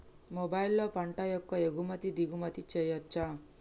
మొబైల్లో పంట యొక్క ఎగుమతి దిగుమతి చెయ్యచ్చా?